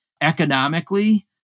economically